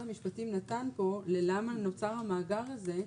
המשפטים נתן פה ללמה נוצר המאגר הזה,